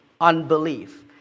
unbelief